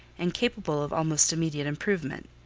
and capable of almost immediate improvement.